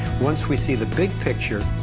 once we see the big picture,